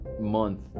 month